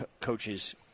coaches